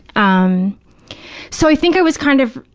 um so, i think i was kind of,